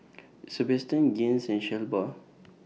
Sabastian Gaines and Shelba